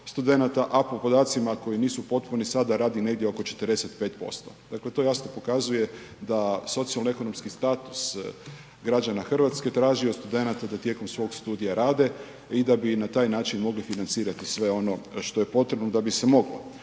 studenata, a po podacima koji nisu potpuni sada radi negdje oko 45%, dakle to jasno pokazuje da socioekonomski status građana RH traži od studenata da tijekom svog studija rade i da bi i na taj način mogli financirati sve ono što je potrebno da bi se moglo.